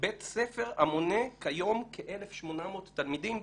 בית ספר המונה כיום כ-1,800 תלמידים,